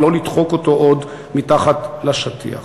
ולא לדחוק אותו עוד מתחת לשטיח.